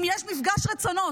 אם יש מפגש רצונות,